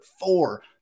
four